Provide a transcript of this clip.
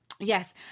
Yes